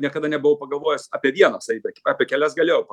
niekada nebuvau pagalvojęs apie vieną savybę apie kelias galėjau